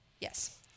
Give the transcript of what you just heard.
yes